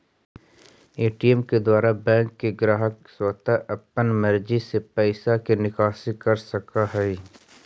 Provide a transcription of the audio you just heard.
ATM के द्वारा bank के ग्राहक स्वता अपन मर्जी से पैइसा के निकासी कर सकऽ हइ